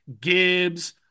Gibbs